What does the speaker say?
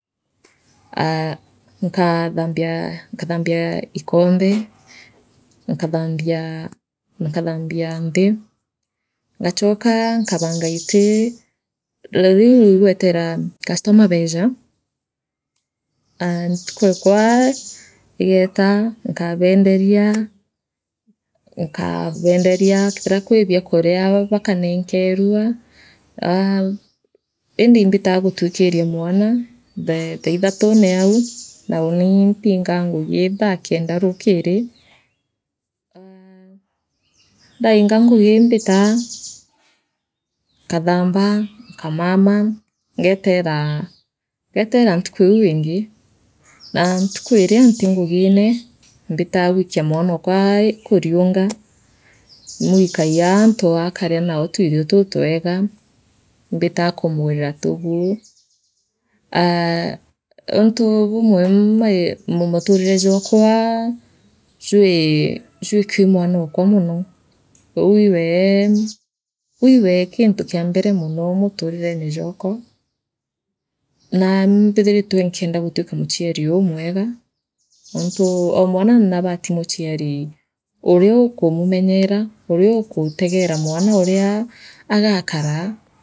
Aa nkaathambia nkathambia ikombe nkathambia nkathambia ntii ngachoka nkabanga iiti rriu igweetera customer beeja aah ntuku ekwa igeeta nkaabeenderia nkaabenderia kethira kwi bia kuria bakaaneenkerua aa indi imbitaa gutwikiria mwana thaa thaa ithatune au nauni mpingaa ngugi thaa kenda rukiri aa ndainga ngugi mbitaa nkathamba nkamaana ngetera ngetera ntukuiu iingi naa ntuku iria nti ngugire mbitaa gwikia mwanokwa ku kuriunga imwikagia antu akaria nao twirio tutwega imbitaa kumugurira tuguu aa untu bumwe mu muturire jwakwa jwi jwi kimwanokwa mono uu iiwee ciu iiwe gintu kia mbere mono muturirene jwakwa naa imbithiritwe nkienda gutwika muchiari umwega ontu oo mwana na naabati muchiari urio uriokumumenyeera urio akutegeeraa mwanoria agakara.